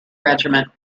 regiment